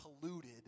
polluted